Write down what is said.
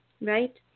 Right